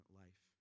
life